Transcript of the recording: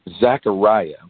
Zechariah